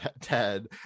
ted